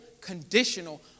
conditional